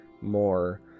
more